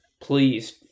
Please